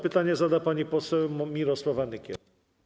Pytanie zada pani poseł Mirosława Nykiel.